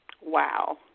Wow